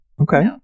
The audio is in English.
Okay